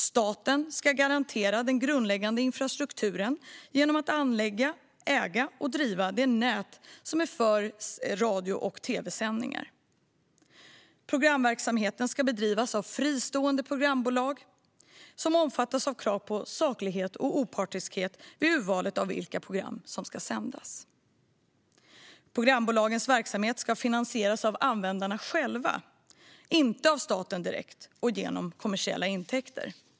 Staten ska garantera den underliggande infrastrukturen genom att anlägga, äga och driva det nät som behövs för radio och tv-sändningar. Programverksamheten ska bedrivas av fristående programbolag som omfattas av krav på saklighet och opartiskhet vid urvalet av vilka program som ska sändas. Programbolagens verksamhet ska finansieras av användarna själva och inte av staten direkt eller genom kommersiella intäkter.